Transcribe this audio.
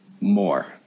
more